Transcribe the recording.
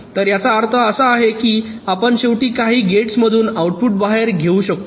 तर याचा अर्थ असा आहे की आपण शेवटी काही गेट्समधून आऊटपुट बाहेर घेऊ शकतो